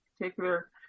particular